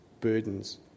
burdens